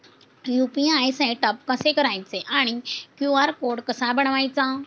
UPI setup कसे करायचे आणि क्यू.आर कोड कसा बनवायचा?